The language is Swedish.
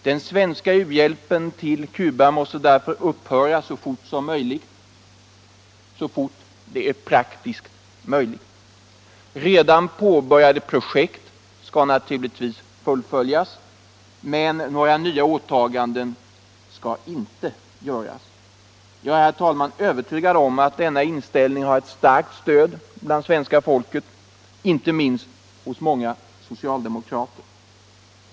Den svenska u-hjälpen till Cuba måste därför upphöra så fort detta av praktiska skäl är möjligt. Redan påbörjade projekt skall naturligtvis fullföljas, men några nya åtaganden skall inte göras. Jag är, herr talman, övertygad om att denna inställning har starkt stöd bland svenska folket — inte minst hos många socialdemokrater.